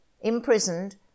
imprisoned